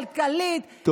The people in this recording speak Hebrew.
כלכלית,